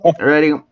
Ready